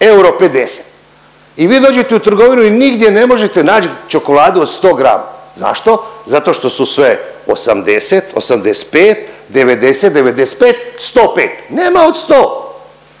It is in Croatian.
eura i vi dođete u trgovinu i nigdje ne možete nać čokoladu od 100 grama. Zašto? Zato što su sve 80, 85, 90, 95, 105. Nema od 100,